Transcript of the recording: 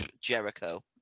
Jericho